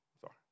sorry